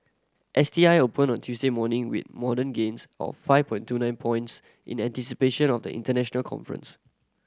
S T I opened on Tuesday morning with moden gains of five point two nine points in anticipation of the international conference